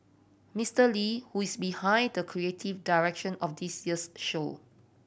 Mister Lee who is behind the creative direction of this year's show